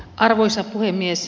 arvoisa puhemies